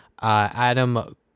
adam